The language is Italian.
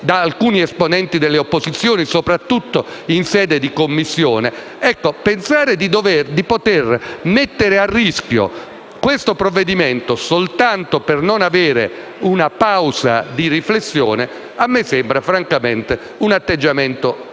da alcuni esponenti delle opposizioni, soprattutto in sede di Commissione); insomma, pensare di poter mettere a rischio questo provvedimento soltanto per non prendersi una pausa di riflessione a me sembra francamente un atteggiamento